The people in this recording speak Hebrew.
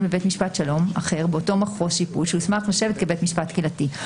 בבית משפט שלום אחר באותו מחוז שיפוט שהוסמך לשבת כבית משפט קהילתי,